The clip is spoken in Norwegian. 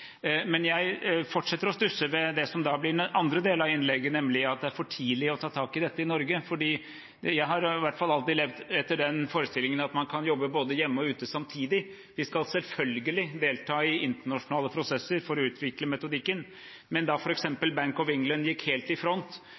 men jeg fortsetter å stusse ved det som blir andre del av innlegget, nemlig at det er for tidlig å ta tak i dette i Norge, for jeg har i hvert fall alltid levd etter den forestillingen at man kan jobbe både hjemme og ute samtidig. Vi skal selvfølgelig delta i internasjonale prosesser for å utvikle metodikken, men da f.eks. Bank of England gikk helt i front